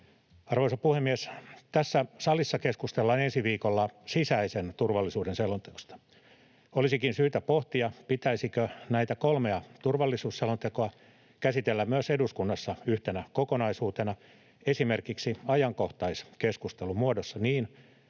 Arvoisa puhemies! Tässä salissa keskustellaan ensi viikolla sisäisen turvallisuuden selonteosta. Olisikin syytä pohtia, pitäisikö näitä kolmea turvallisuusselontekoa käsitellä myös eduskunnassa yhtenä kokonaisuutena, esimerkiksi ajankohtaiskeskustelun muodossa niin,